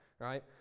right